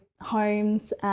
homes